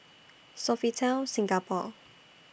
Sofitel Singapore